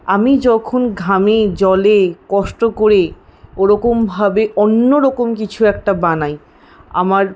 আমি যখন ঘামে জলে কষ্ট করে ওরকমভাবে অন্যরকম কিছু একটা বানাই আমার